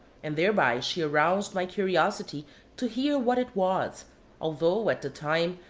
and thereby she aroused my curiosity to hear what it was although, at the time,